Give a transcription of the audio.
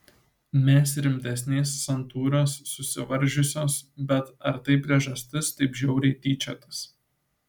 mes rimtesnės santūrios susivaržiusios bet ar tai priežastis taip žiauriai tyčiotis